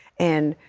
and